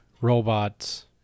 robots